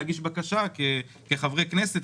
להגיש בקשה כחברי כנסת,